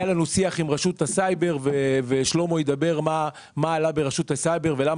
היה לנו שיח עם רשות הסייבר ושלמה יאמר מה עלה שם ולמה